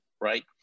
right